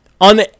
on